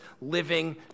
living